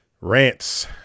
Rants